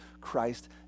Christ